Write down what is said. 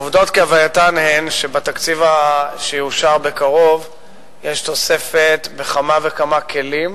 העובדות כהווייתן הן שבתקציב שיאושר בקרוב יש תוספת בכמה וכמה כלים